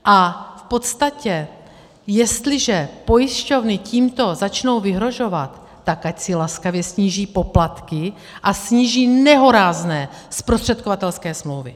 A v podstatě jestliže pojišťovny tímto začnou vyhrožovat, tak ať si laskavě sníží poplatky a sníží nehorázné zprostředkovatelské smlouvy.